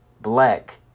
black